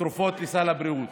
תרופות לסל הבריאות